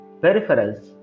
peripherals